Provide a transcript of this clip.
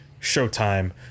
showtime